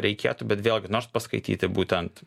reikėtų bet vėlgi nors paskaityti būtent